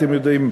אתם יודעים,